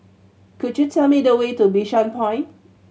could you tell me the way to Bishan Point